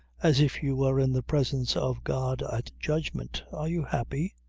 as if you were in the presence of god at judgment, are you happy?